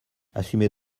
assumez